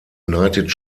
united